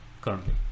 currently